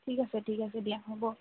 ঠিক আছে ঠিক আছে দিয়া হ'ব